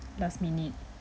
last minute